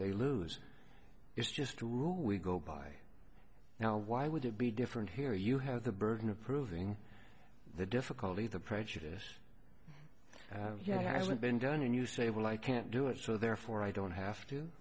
they lose it's just true we go by now why would it be different here you have the burden of proving the difficulty the prejudice you hasn't been done and you say well i can't do it so therefore i don't have to